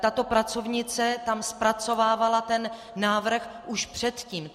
Tato pracovnice tam zpracovávala ten návrh už předtím.